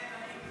כן, אני.